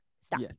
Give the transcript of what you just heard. Stop